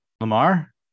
Lamar